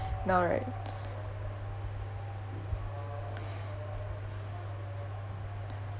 now right